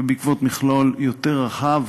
ובעקבות מכלול יותר רחב